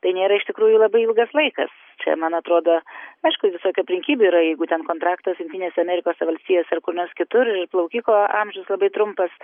tai nėra iš tikrųjų labai ilgas laikas man atrodo aišku visokių aplinkybių yra jeigu ten kontraktas jungtinėse amerikos valstijose ar kur nors kitur plaukiko amžius labai trumpas